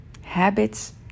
Habits